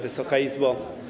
Wysoka Izbo!